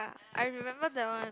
I remember that one